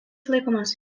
laikomas